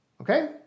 Okay